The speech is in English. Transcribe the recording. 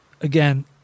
Again